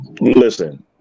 listen